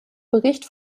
bericht